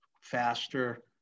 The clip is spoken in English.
faster